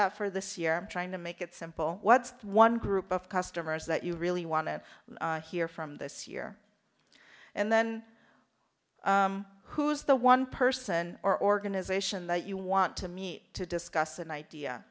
that for this year trying to make it simple what's one group of customers that you really want to hear from this year and then who's the one person or organization that you want to meet to discuss an idea